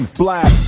black